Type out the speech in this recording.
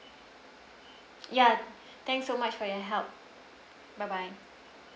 ya thank so much for your help bye bye